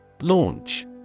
Launch